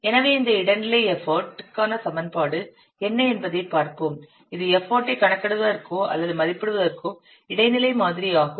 எனவே இந்த இடைநிலை எஃபர்ட் க்கான சமன்பாடு என்ன என்பதைப் பார்ப்போம் இது எஃபர்ட் ஐ கணக்கிடுவதற்கோ அல்லது மதிப்பிடுவதற்கோ இடைநிலை மாதிரி ஆகும்